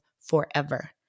forever